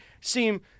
seem